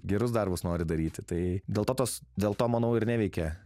gerus darbus nori daryti tai dėl to tos dėl to manau ir neveikia